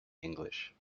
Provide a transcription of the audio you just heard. english